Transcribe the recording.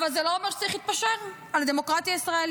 אבל זה לא אומר שצריך להתפשר על הדמוקרטיה הישראלית.